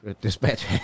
dispatch